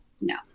No